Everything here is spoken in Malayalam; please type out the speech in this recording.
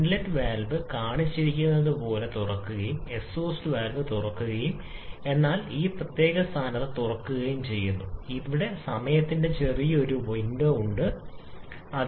ഇൻലെറ്റ് വാൽവ് കാണിച്ചിരിക്കുന്നതുപോലെ തുറക്കുകയും എക്സ്ഹോസ്റ്റ് വാൽവ് തുറക്കുകയും ചെയ്താൽ ഈ പ്രത്യേക സ്ഥാനത്ത് തുറക്കുന്നു തുടർന്ന് ഒരു ചെറിയ കാലയളവ് അല്ലെങ്കിൽ സമയത്തിന്റെ ചെറിയ വിൻഡോ ഉണ്ട് ഈ സമയത്ത് രണ്ട് വാൽവുകളും തുറന്നിരിക്കുന്നു